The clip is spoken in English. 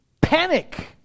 panic